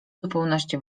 zupełności